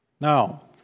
Now